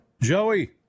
Joey